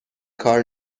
کار